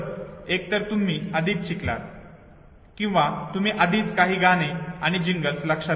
एकतर तुम्ही अधिक शिकतात किंवा तुम्ही आधीच काही गाणे आणि जिंगल्स लक्षात घेतले